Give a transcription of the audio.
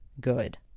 good